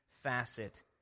facet